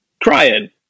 crying